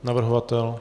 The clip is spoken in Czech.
Navrhovatel?